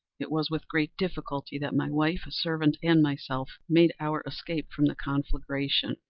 it was with great difficulty that my wife, a servant, and myself, made our escape from the conflagration.